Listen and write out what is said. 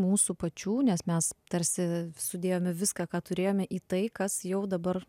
mūsų pačių nes mes tarsi sudėjome viską ką turėjome į tai kas jau dabar